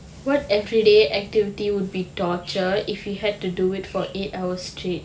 what everyday activity would be torture if you had to do it for eight hour straight